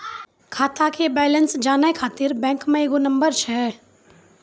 खाता के बैलेंस जानै ख़ातिर बैंक मे एगो नंबर छै?